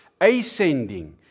ascending